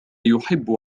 يحب